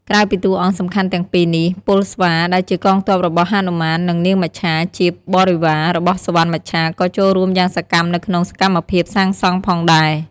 ក្រៅពីតួអង្គសំខាន់ទាំងពីរនេះ ពលស្វា ដែលជាកងទ័ពរបស់ហនុមាន និង នាងមច្ឆាជាបរិវារ របស់សុវណ្ណមច្ឆាក៏ចូលរួមយ៉ាងសកម្មនៅក្នុងសកម្មភាពសាងសង់ផងដែរ។